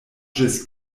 ĝis